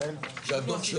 זה לא אוטומטית.